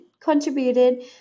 contributed